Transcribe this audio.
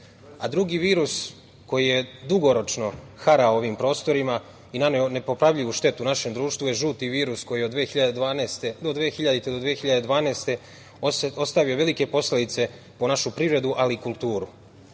virus, koji je dugoročno harao ovim prostorima i naneo nepopravljivu štetu našem društvu je žuti virus koji je od 2000. do 2012. godine ostavio velike posledice po našu privredu, ali i kulturu.